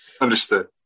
Understood